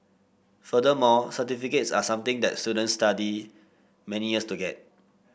furthermore certificates are something that students study many years to get